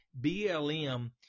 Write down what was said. BLM